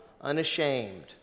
unashamed